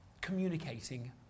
communicating